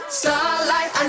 starlight